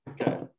Okay